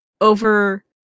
over